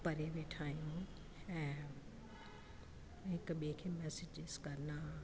परे वेठा आहियूं ऐं हिकु ॿिए खे मैसेजिस करणा